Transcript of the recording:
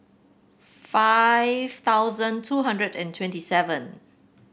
five thousand two hundred and twenty seven